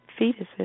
fetuses